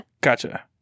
Gotcha